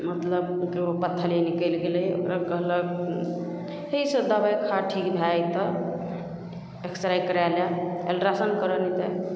मतलब ककरो पत्थरे निकलि गेलै तब कहलक कि ठीक छौ दवाइ खा ठीक भए जएतऽ एक्सरे करै ले अल्ट्रासाउण्ड